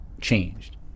changed